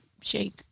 shake